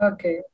Okay